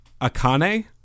Akane